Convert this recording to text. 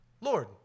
Lord